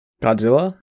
Godzilla